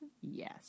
Yes